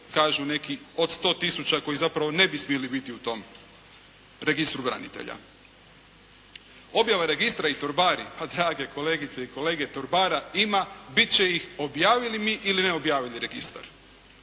kažu neki od 100000 koji zapravo ne bi smjeli biti u tom registru branitelja. Objava registra i torbari, pa drage kolegice i kolege, torbara ima, bit će ih, objavili mi ili ne objavili registar.